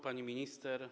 Pani Minister!